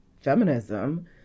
feminism